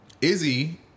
Izzy